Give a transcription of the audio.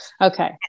Okay